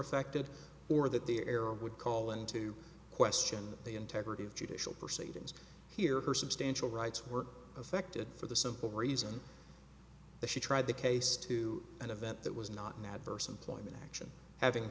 affected or that the arab would call into question the integrity of judicial proceedings here her substantial rights were affected for the simple reason the she tried the case to an event that was not an adverse employment action having